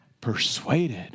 persuaded